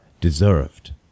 deserved